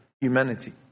humanity